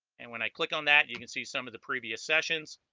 and when i click on that you can see some of the previous sessions